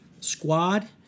squad